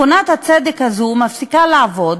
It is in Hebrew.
מכונת הצדק הזו מפסיקה לעבוד,